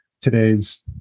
today's